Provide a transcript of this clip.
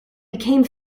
became